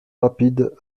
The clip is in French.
rapide